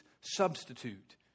substitute